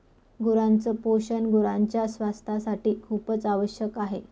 गुरांच पोषण गुरांच्या स्वास्थासाठी खूपच आवश्यक आहे